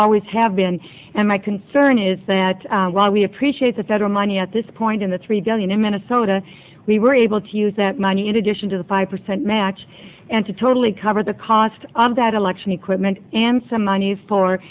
always have been and my concern is that while we appreciate the federal money at this point in the three billion in minnesota we were able to use that money in addition to the five percent match and to totally cover the cost of that election equipment and some monies for